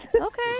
Okay